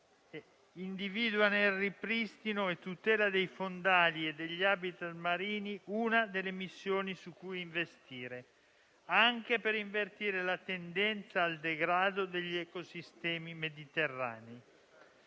e resilienza individua nel ripristino e tutela dei fondali e degli *habitat* marini una delle missioni su cui investire, anche per invertire la tendenza al degrado degli ecosistemi mediterranei.